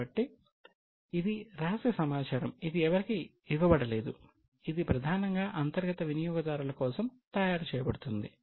కాబట్టి ఇది రహస్య సమాచారం ఇది ఎవరికీ ఇవ్వబడలేదు ఇది ప్రధానంగా అంతర్గత వినియోగదారుల కోసం తయారు చేయబడుతుంది